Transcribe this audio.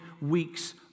weeks